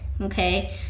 okay